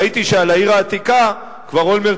ראיתי שעל העיר העתיקה כבר אולמרט,